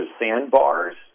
sandbars